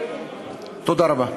תודה רבה.